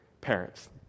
parents